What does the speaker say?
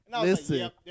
Listen